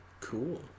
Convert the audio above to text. Cool